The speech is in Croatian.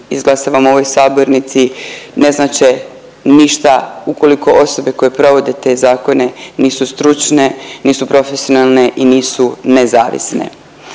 izglasavamo u ovoj sabornici ne znače ništa ukoliko osobe koje provode te zakone nisu stručne, nisu profesionalne i nisu nezavisne.